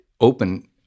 open